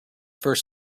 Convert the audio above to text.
first